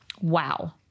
Wow